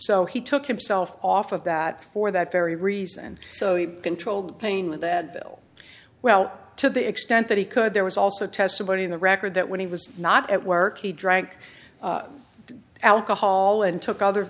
so he took himself off of that for that very reason so he controlled pain with that bill well to the extent that he could there was also testimony in the record that when he was not at work he drank alcohol and took